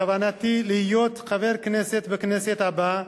בכוונתי להיות חבר בכנסת הבאה,